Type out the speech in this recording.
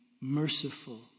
merciful